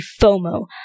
FOMO